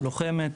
לוחמת,